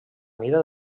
mida